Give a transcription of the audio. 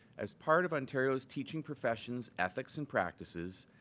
as part of ontario's teaching profession's ethics and practices,